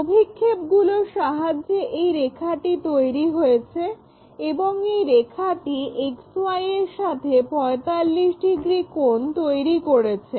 অভিক্ষেপগুলোর সাহায্যে এই রেখাটি তৈরি হয়েছে এবং এই রেখাটি XY এর সাথে 45 ডিগ্রি কোণ তৈরি করেছে